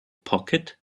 pocket